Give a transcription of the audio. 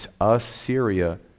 Assyria